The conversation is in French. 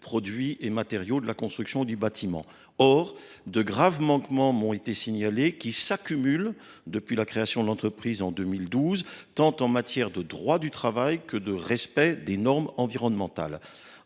produits et matériaux de construction du bâtiment (PMCB). Or de graves manquements m’ont été signalés, qui s’accumulent depuis la création de l’entreprise en 2012, tant en matière de respect du droit du travail que de respect des normes environnementales.